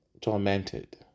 tormented